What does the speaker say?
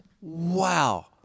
wow